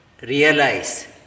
realize